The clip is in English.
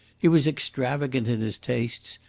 he was extravagant in his tastes,